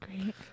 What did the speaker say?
Great